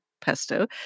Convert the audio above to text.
pesto